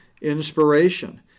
inspiration